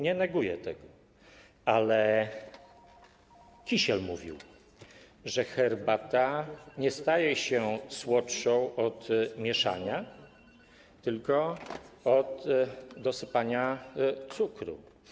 Nie neguję tego, ale „Kisiel” mówił, że herbata nie staje się słodsza od mieszania, tylko od dosypania cukru.